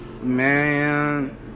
Man